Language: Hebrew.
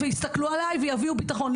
יסתכלו עליי ויביאו ביטחון.